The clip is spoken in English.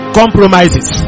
compromises